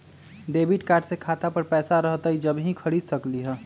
Debit card से खाता पर पैसा रहतई जब ही खरीद सकली ह?